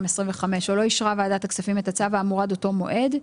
2025) או לא אישרה ועדת הכספים את הצו האמור עד אותו מועד,